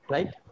Right